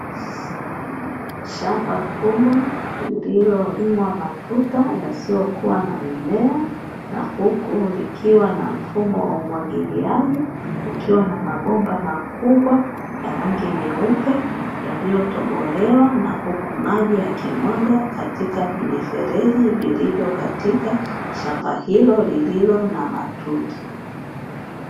Shamba kubwa lililo limwa matuta yasiyokuwa na mimea na huku likiwa na mfumo wa umwagiliaji kukiwa na mabomba makubwa ya rangi nyeupe, yaliyotobolewa na huku maji yakimwaga katika vimifereji vilivyo katika shamba hilo lililo na matuta.